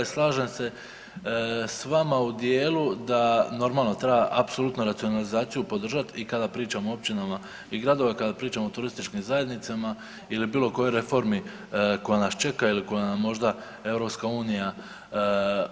Slažem se s vama u dijelu da, normalno da treba apsolutno racionalizaciju podržat i kada pričamo o općinama i gradovima, i kada pričamo turističkim zajednicama ili bilo kojoj reformi koja nas čeka ili koja nam možda EU uvjetuje.